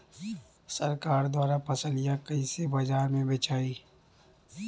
सरकार द्वारा फसलिया कईसे बाजार में बेचाई?